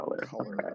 color